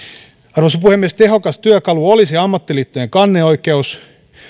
arvoisa puhemies tehokas työkalu olisi ammattiliittojen kanneoikeus